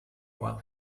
while